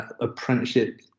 apprenticeship